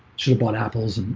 she bought apples and